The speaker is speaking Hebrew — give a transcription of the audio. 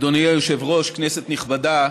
אדוני היושב-ראש, כנסת נכבדה,